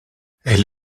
elle